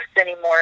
anymore